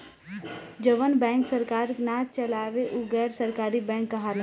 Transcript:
जवन बैंक सरकार ना चलावे उ गैर सरकारी बैंक कहाला